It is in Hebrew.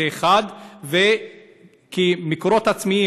זה 1. כי מקורות עצמיים,